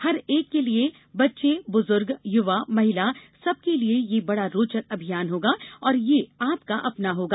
हर एक के लिए बच्चे बुजुर्ग युवा महिला सब के लिए ये बड़ा रोचक अभियान होगा और ये आपका अपना होगा